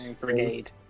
Brigade